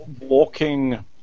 walking